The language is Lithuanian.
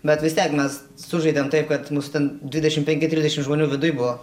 bet vis tiek mes sužaidėm taip kad mus ten dvidešimt penki trisdešimt žmonių viduj buvo